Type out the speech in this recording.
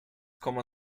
komma